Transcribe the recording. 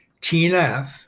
TNF